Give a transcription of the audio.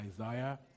Isaiah